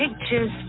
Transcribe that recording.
pictures